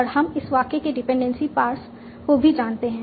और हम इस वाक्य के डिपेंडेंसी पार्स को भी जानते हैं